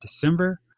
December